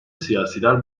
siyasiler